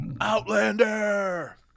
Outlander